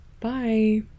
Bye